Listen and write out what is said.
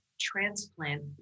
transplant